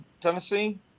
Tennessee